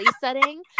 setting